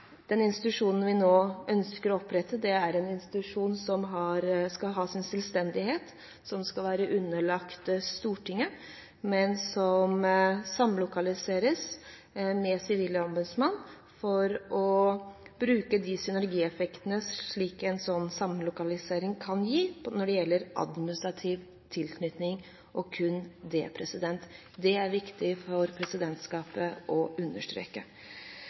den institusjonen vi nå ønsker å opprette, er en institusjon som skal ha sin selvstendighet, som skal være underlagt Stortinget, men som samlokaliseres med Sivilombudsmannen for å bruke de synergieffektene som en slik samlokalisering kan gi når det gjelder administrativ tilknytning – og kun det. Det er viktig for presidentskapet å understreke.